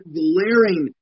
glaring